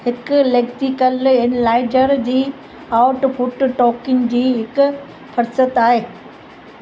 हिकु lexical analyser जी output token जी हिकु फरस्त आहे